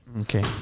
Okay